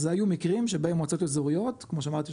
אז היו מקרים שבהם מועצות אזוריות כמו שאמרתי,